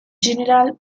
general